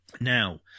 Now